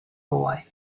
boy